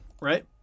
right